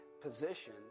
position